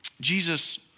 Jesus